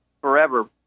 forever